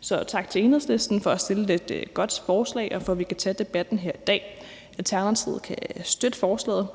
Så tak til Enhedslisten for at fremsætte et godt forslag og for, at vi kan tage debatten her i dag. Alternativet kan støtte forslaget.